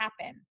happen